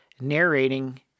narrating